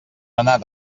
anar